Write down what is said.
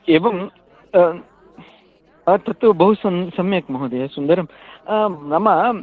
एवं तत्तु बहु सम् सम्यक् महोदय सुन्दरं नाम